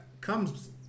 comes